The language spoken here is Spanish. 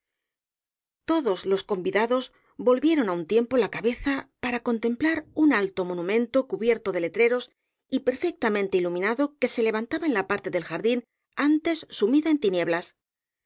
todos los convidados volvieron á un tiempo la cabeza para contemplar un alto monumento cubierto de letreros y perfectamente iluminado que se levantaba en la parte del jardín antes sumida en tinieblas